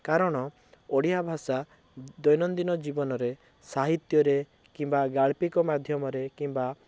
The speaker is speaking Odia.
କାରଣ ଓଡ଼ିଆ ଭାଷା ଦୈନନ୍ଦିନ ଜୀବନରେ ସାହିତ୍ୟରେ କିମ୍ବା ଗାଳ୍ପିକ ମାଧ୍ୟମରେ କିମ୍ବା